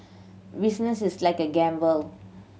business is like a gamble